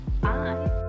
Bye